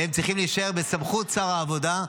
והם צריכים להישאר בסמכות שר העבודה,